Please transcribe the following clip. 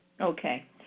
Okay